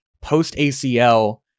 Post-ACL